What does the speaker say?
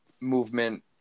movement